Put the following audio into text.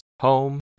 home